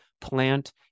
plant